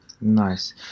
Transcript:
Nice